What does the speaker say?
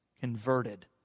converted